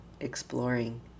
exploring